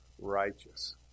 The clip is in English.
righteous